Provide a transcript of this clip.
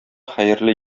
хәерле